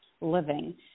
living